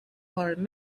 hard